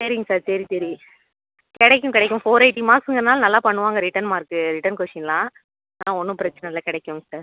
சரிங்க சார் சரி சரி கிடைக்கும் கிடைக்கும் ஃபோர் எயிட்டி மார்க்ஸுங்குறனால நல்லா பண்ணுவாங்க ரிட்டன் மார்க்கு ரிட்டன் கொஷின்லாம் அதெல்லாம் ஒன்று பிரச்சனை இல்லை கிடைக்கும் சார்